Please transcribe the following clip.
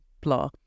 blah